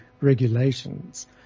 regulations